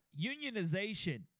Unionization